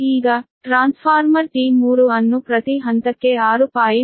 ಈಗ transformer T3 ಅನ್ನು ಪ್ರತಿ ಹಂತಕ್ಕೆ 6